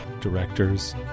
Directors